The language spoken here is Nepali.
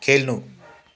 खेल्नु